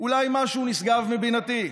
אולי משהו נשגב מבינתי.